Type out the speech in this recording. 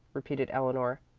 repeated eleanor,